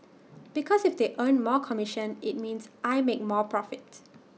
because if they earn more commission IT means I make more profit